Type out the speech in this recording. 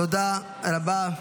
תודה רבה.